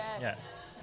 Yes